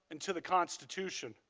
and to the constitution.